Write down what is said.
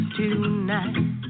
tonight